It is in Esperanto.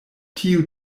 tiu